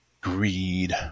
Greed